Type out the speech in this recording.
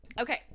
okay